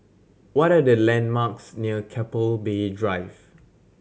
what are the landmarks near Keppel Bay Drive